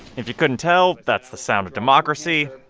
if you couldn't tell, that's the sound of democracy.